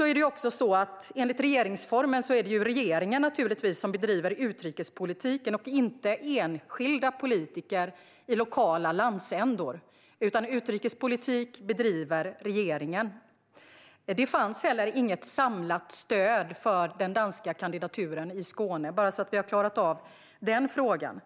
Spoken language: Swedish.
är det enligt regeringsformen så att det är regeringen som bedriver utrikespolitik, inte enskilda politiker i lokala landsändar. Utrikespolitik bedriver regeringen. Det fanns heller inget samlat stöd för den danska kandidaturen i Skåne, vill jag säga, bara så att vi har klarat ut den frågan.